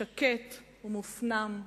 שקט ומופנם.